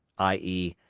i e,